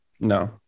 No